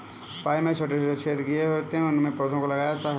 pipe में छोटे छोटे छेद किए हुए होते हैं उनमें पौधों को लगाया जाता है